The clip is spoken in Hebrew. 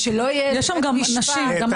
יש גם נשים, גם אתן.